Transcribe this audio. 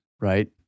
right